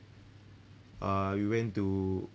uh we went to